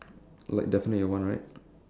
like definitely your one right